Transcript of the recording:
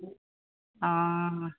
অঁ